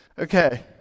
Okay